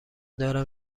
دارم